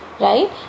right